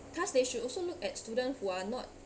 thus they should also look at students who are not